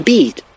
Beat